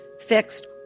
fixed